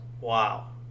Wow